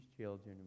children